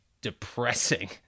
depressing